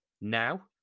now